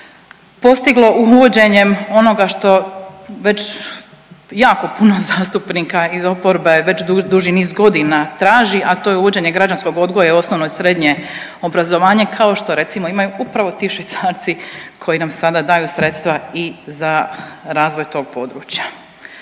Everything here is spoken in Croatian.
postiglo uvođenjem onoga što već jako puno zastupnika iz oporbe već dugi niz godina traži, a to je uvođenje građanskog odgoja u osnovno i srednje obrazovanje kao što recimo imaju upravo ti Švicarci koji nam sada daju sredstva i za razvoj tog područja.